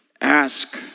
ask